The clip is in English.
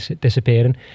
disappearing